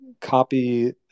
copy